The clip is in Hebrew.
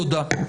תודה.